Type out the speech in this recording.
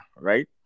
right